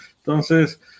Entonces